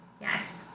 Yes